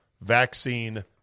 vaccine